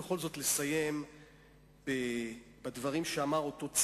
חמורים, אבל גם הדברים שנעשים פה הם חמורים.